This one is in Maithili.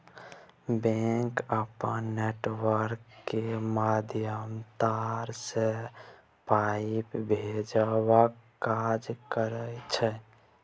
बैंक अपन नेटवर्क केर माध्यमे तार सँ पाइ भेजबाक काज करय छै